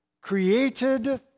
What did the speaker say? created